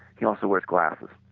he also wears glasses